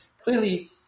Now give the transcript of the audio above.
clearly